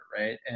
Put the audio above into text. right